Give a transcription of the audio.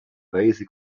weiße